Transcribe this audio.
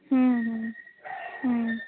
হুম হুম